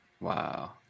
Wow